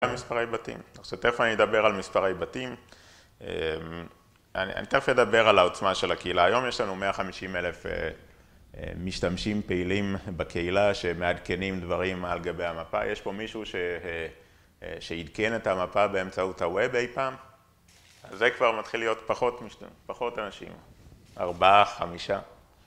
המספרי בתים. תכף אני אדבר על מספרי בתים. אני תכף אדבר על העוצמה של הקהילה. היום יש לנו 150 אלף משתמשים פעילים בקהילה שמעדכנים דברים על גבי המפה. יש פה מישהו שעדכן את המפה באמצעות הווב אי פעם? אז זה כבר מתחיל להיות פחות אנשים, ארבעה, חמישה.